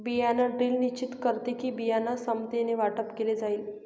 बियाण ड्रिल निश्चित करते कि, बियाणं समानतेने वाटप केलं जाईल